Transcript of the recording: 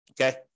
Okay